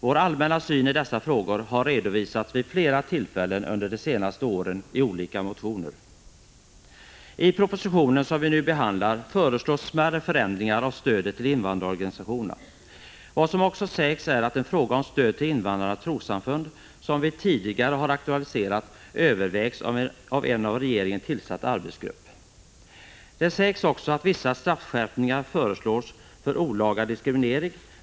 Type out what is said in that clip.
Vår allmänna syn i dessa frågor har redovisats vid flera tillfällen under de senaste åren i olika motioner. I propositionen föreslås smärre förändringar av stödet till invandrarorganisationerna. Vad som också sägs är att frågan om stöd till invandrarnas trossamfund, som vi tidigare har aktualiserat, övervägs av en av regeringen tillsatt arbetsgrupp. Det sägs också att vissa straffskärpningar föreslås för olaga diskriminering.